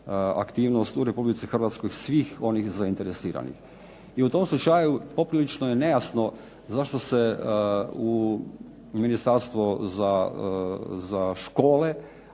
aktivnost u Republici Hrvatskoj svih onih zainteresiranih. I u tom slučaju poprilično je nejasno zašto se u Ministarstvu za škole